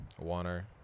Warner